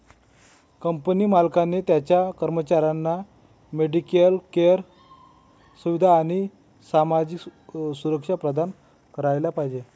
company मालकाने त्याच्या कर्मचाऱ्यांना मेडिकेअर सुविधा आणि सामाजिक सुरक्षा प्रदान करायला पाहिजे